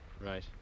Right